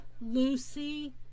lucy